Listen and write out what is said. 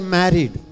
married